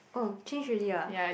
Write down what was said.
oh change already ah